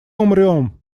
умрём